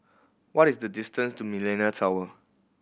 what is the distance to Millenia Tower